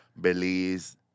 Belize